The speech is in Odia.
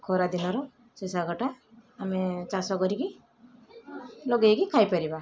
ଖରାଦିନର ସେ ଶାଗଟା ଆମେ ଚାଷ କରିକି ଲଗାଇକି ଖାଇପାରିବା